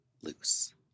loose